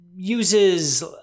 uses